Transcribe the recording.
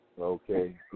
Okay